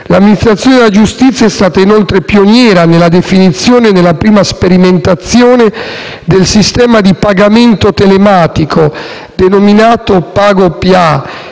L'Amministrazione della giustizia è stata inoltre pioniera nella definizione e nella prima sperimentazione del sistema di pagamento telematico denominato PagoPA.